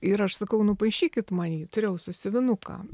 ir aš sakau nupaišykit man jį turėjau sąsiuvinuką